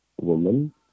woman